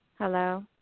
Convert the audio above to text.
Hello